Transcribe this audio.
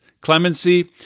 clemency